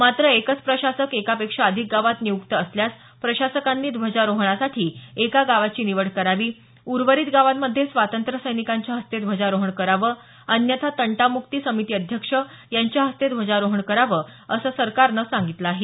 मात्र एकच प्रशासक एकापेक्षा अधिक गावात नियुक्त असल्यास प्रशासकांनी ध्वजारोहणासाठी एका गावाची निवड करावी उर्वरित गावांमध्ये स्वातंत्र्यसैनिकांच्या हस्ते ध्वजारोहण करावं अन्यथा तंटाम्क्ती समिती अध्यक्ष यांच्या हस्ते ध्वजारोहण करावं असं सरकारनं सांगितलं आाहे